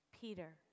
Peter